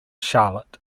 charlotte